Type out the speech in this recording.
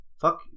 Fuck